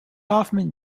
hoffman